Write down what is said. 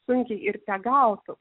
sunkiai ir tegautų